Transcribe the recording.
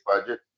budget